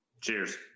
Cheers